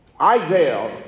Isaiah